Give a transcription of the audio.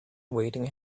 waiting